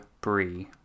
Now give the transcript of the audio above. Brie